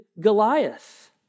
Goliath